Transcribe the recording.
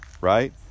right